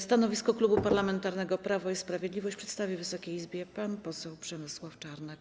Stanowisko Klubu Parlamentarnego Prawo i Sprawiedliwość przedstawi Wysokiej Izbie pan poseł Przemysław Czarnek.